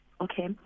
okay